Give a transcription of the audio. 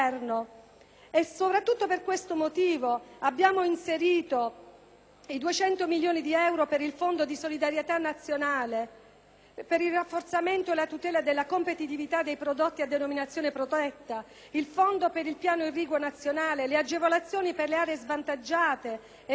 E soprattutto per questo motivo, abbiamo inserito i 200 milioni di euro per il Fondo di solidarietà nazionale (per il rafforzamento e la tutela della competitività dei prodotti a denominazione protetta), il Fondo per il piano irriguo nazionale, le agevolazioni per le aree svantaggiate, per l'acquacoltura